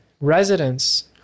residents